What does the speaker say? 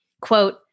quote